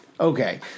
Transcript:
okay